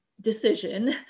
decision